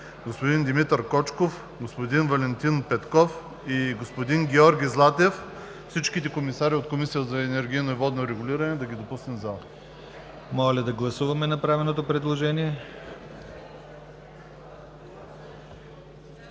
господин Димитър Кочков, господин Валентин Петков и господин Георги Златев – всичките комисари от Комисията за енергийно и водно регулиране. ПРЕДСЕДАТЕЛ ДИМИТЪР ГЛАВЧЕВ: Моля да гласуваме направеното предложение.